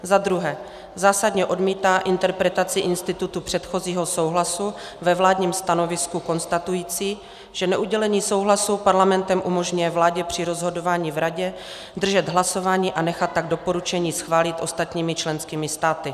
2. zásadně odmítá interpretaci institutu předchozího souhlasu ve vládním stanovisku konstatující, že neudělení souhlasu Parlamentem umožňuje vládě při rozhodování v Radě zdržet hlasování a nechat tak doporučení schválit ostatními členskými státy;